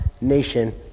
nation